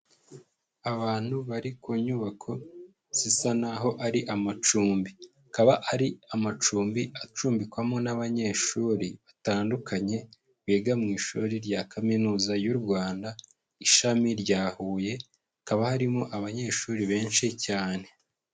Abantu bari ku nyubako zisa n'aho ari amacumbi, akaba ari amacumbi acumbikwamo n'abanyeshuri batandukanye biga mu ishuri rya Kaminuza y'u Rwanda ishami rya Huye, hakaba harimo abanyeshuri benshi cyane.